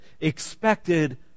expected